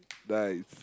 nice